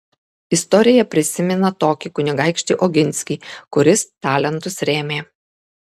istorija prisimena tokį kunigaikštį oginskį kuris talentus rėmė